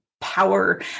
power